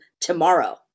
tomorrow